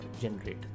generate